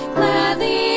Gladly